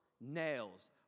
nails